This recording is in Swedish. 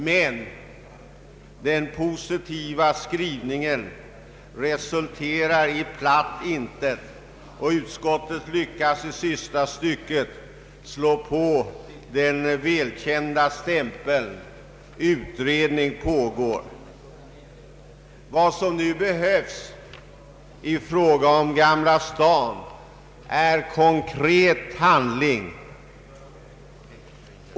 Men den positiva skrivningen resulterar i platt intet och utskottet lyckas i sista stycket slå på den välkända stämpeln ”utredning pågår”. Vad som nu behövs i fråga om Gamla Stan är konkret handling.